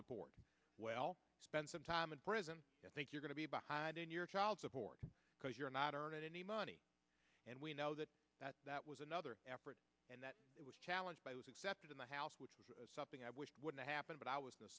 support well spent some time in prison i think you're going to be behind in your child support because you're not earning any money and we know that that that was another effort and that it was challenged by was accepted in the house which is something i wish wouldn't happen but i was in the